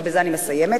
ובזה אני מסיימת,